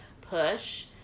push